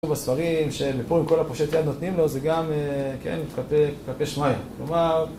ובספרים שמפורים כל הפרשת יד נותנים לו זה גם, כן, קלפי שמיים, כלומר...